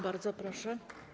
Bardzo proszę.